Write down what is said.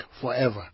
forever